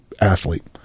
athlete